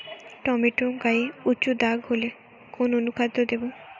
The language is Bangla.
টমেটো গায়ে উচু দাগ হলে কোন অনুখাদ্য দেবো?